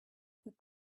that